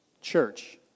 church